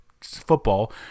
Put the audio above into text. football